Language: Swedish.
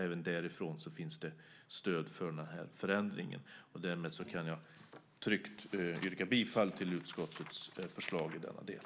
Även därifrån finns det stöd för den här förändringen. Därmed kan jag tryggt yrka bifall till utskottets förslag i denna del.